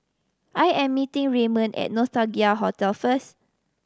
I am meeting Raymon at Nostalgia Hotel first